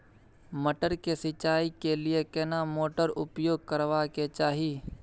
मटर के सिंचाई के लिये केना मोटर उपयोग करबा के चाही?